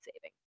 saving